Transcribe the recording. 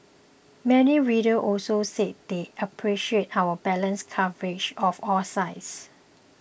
many readers also said they appreciated our balanced coverage of all sides